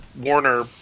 Warner